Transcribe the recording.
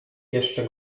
jeszcze